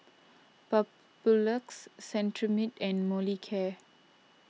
Papulex Cetrimide and Molicare